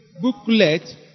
booklet